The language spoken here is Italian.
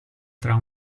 tra